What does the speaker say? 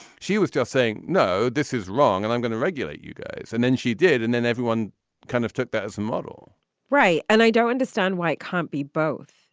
she was just saying, no, this is wrong and i'm going to regulate you guys. and then she did. and then everyone kind of took that as a model right. and i don't understand why it can't be both,